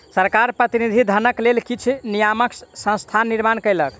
सरकार प्रतिनिधि धनक लेल किछ नियामक संस्थाक निर्माण कयलक